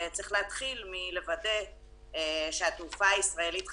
וצריך להתחיל לוודא שהתעופה הישראלית חזקה,